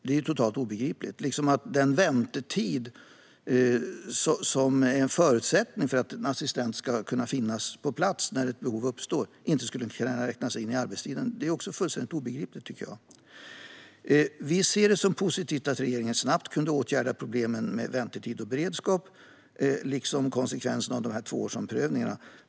Detsamma gäller att den väntetid som är en förutsättning för att en assistent ska finnas på plats när ett behov uppstår inte skulle kunna räknas in i arbetstiden. Detta är fullständigt obegripligt. Vi ser det som positivt att regeringen snabbt kunde åtgärda problemen med väntetid och beredskap liksom konsekvenserna av tvåårsomprövningarna.